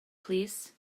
plîs